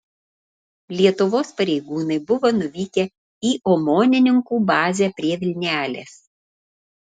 lietuvos pareigūnai buvo nuvykę į omonininkų bazę prie vilnelės